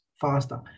faster